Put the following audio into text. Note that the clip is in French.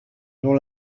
dont